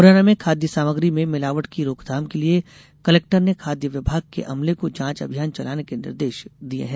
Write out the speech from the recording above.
मुरैना में खाद्य सामग्री में मिलावट की रोकथाम के लिए कलेक्टर ने खाद्य विभाग के अमले को जांच अभियान चलाने के निर्देश दिये हैं